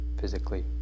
physically